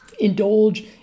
indulge